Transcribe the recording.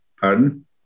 pardon